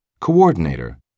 Coordinator